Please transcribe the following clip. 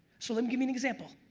so let me give me an example.